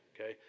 Okay